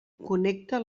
connecta